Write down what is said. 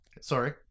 Sorry